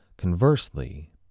Conversely